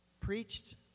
preached